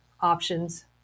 options